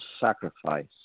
sacrifice